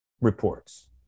reports